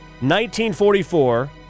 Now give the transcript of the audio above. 1944